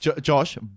Josh